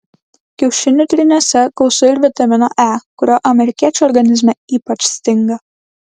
kiaušinių tryniuose gausu ir vitamino e kurio amerikiečių organizme ypač stinga